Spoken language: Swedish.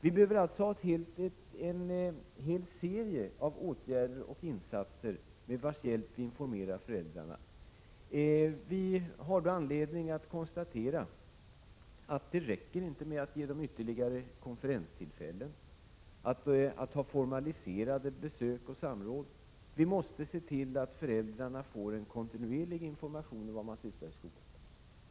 Vi behöver ha en hel serie av åtgärder och insatser med vilkas hjälp vi informerar föräldrarna. Vi har anledning att konstatera att det inte räcker med att ge dem ytterligare konferenstillfällen, att ha formaliserade besök och samråd. Vi måste se till att föräldrarna får en kontinuerlig information om vad man sysslar med i skolan.